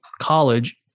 college